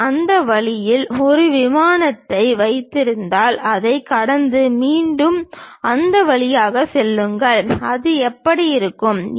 நான் அந்த வழியில் ஒரு விமானத்தை வைத்திருந்தால் அதைக் கடந்து மீண்டும் அந்த வழியாகச் செல்லுங்கள் அது எப்படி இருக்கும்